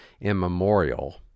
immemorial